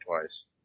twice